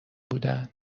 بودن